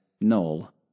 null